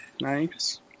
nice